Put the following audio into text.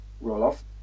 roll-off